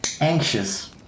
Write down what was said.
anxious